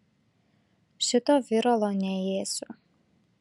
šito viralo neėsiu